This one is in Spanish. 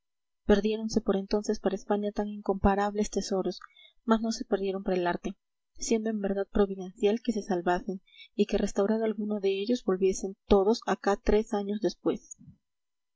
perdiéronse por entonces para españa tan incomparables tesoros mas no se perdieron para el arte siendo en verdad providencial que se salvasen y que restaurado alguno de ellos volviesen todos acá tres años después